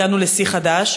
הגענו לשיא חדש: